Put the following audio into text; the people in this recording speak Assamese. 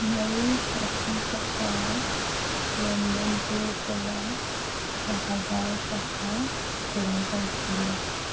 মই ফাচি থকা লেনদেনটোৰ পৰা এক হাজাৰ টকা ঘূৰাই পাইছিলোঁ